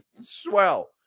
Swell